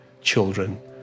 children